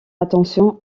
attention